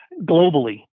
globally